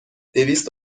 دویست